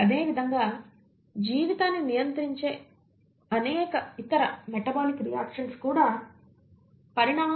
అదేవిధంగా జీవితాన్ని నియంత్రించే అనేక ఇతర మెటబాలిక్ రియాక్షన్స్ కూడా పరిణామం అంతటా సంరక్షించబడతాయి